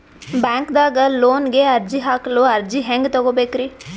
ಬ್ಯಾಂಕ್ದಾಗ ಲೋನ್ ಗೆ ಅರ್ಜಿ ಹಾಕಲು ಅರ್ಜಿ ಹೆಂಗ್ ತಗೊಬೇಕ್ರಿ?